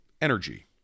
energy